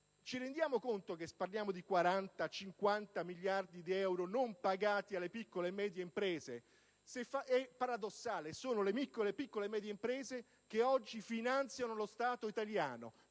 Ci rendiamo conto che parliamo di una somma tra i 40 e i 50 miliardi di euro non pagati alle piccole e medie imprese? È paradossale: sono le piccole e medie imprese che oggi finanziano lo Stato italiano